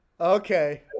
okay